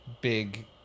big